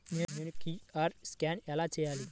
నేను QR scan ఎలా తీసుకోవాలి?